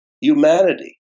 humanity